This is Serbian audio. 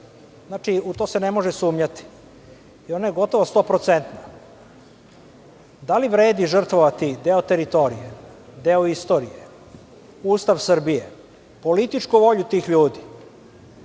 U to se ne može sumnjati i ona je gotovo stoprocentna. Da li vredi žrtvovati deo teritorije, deo istorije, Ustav Srbije, političku volju tih ljudi,